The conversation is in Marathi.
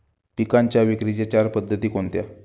पिकांच्या विक्रीच्या चार पद्धती कोणत्या?